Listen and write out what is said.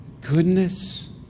goodness